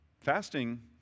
Fasting